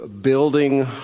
building